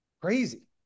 crazy